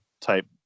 type